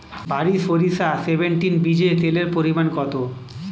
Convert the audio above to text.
বারি সরিষা সেভেনটিন বীজে তেলের পরিমাণ কত?